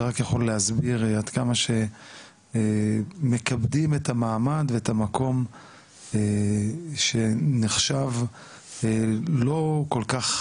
זה רק יכול להסביר עד כמה שמכבדים את המעמד ואת המקום שנחשב לא כל כך